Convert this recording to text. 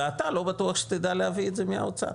ואתה לא בטוח שתדע להביא את זה מהאוצר.